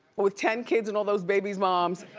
with ten kids and all those baby's moms.